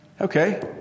Okay